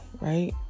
right